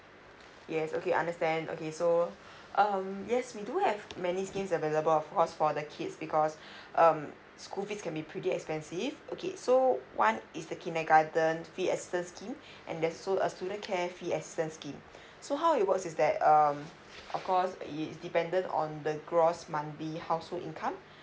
yes okay understand okay so um yes we do have many schemes available of course for the kids because um school fees can be pretty expensive okay so one is the kindergarten fee assistance scheme and there's also a student care fee assistance scheme so how it work is that um of course it is dependent on the gross monthly the household income